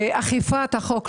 ואכיפת החוק,